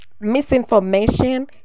misinformation